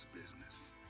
business